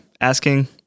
asking